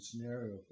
scenario